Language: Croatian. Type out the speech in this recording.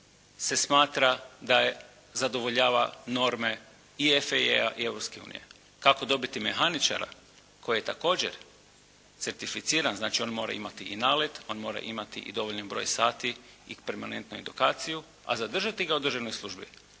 se smatra da zadovoljava norme i ECAA i Europske unije. Kako dobiti mehaničara koji je također certificiran, znači on mora imati i nalet, on mora imati i dovoljan broj sati i permanentnu edukaciju, a zadržati ga u državnoj službi